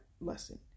lesson